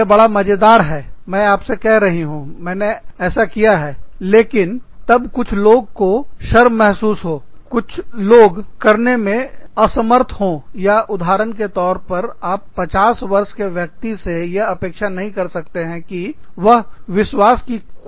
यह बड़ा मजेदार है मैं आपसे कह रही हूँ मैंने ऐसा किया है लेकिन तब कुछ लोगों को शर्म महसूस हो कुछ कुछ लोग करने में असमर्थ हो या उदाहरण के तौर पर आप 50 वर्ष के व्यक्ति से यह अपेक्षा नहीं कर कर सकते कि वह विश्वास की कूद का हिस्सा होगा